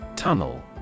Tunnel